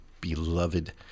beloved